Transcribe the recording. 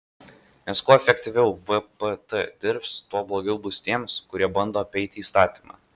nes kuo efektyviau vpt dirbs tuo blogiau bus tiems kurie bando apeiti įstatymą